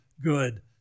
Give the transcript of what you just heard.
good